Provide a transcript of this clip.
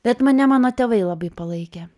bet mane mano tėvai labai palaikė